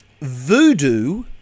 Voodoo